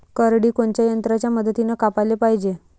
करडी कोनच्या यंत्राच्या मदतीनं कापाले पायजे?